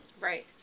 Right